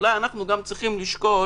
אולי אנחנו גם צריכים לשקול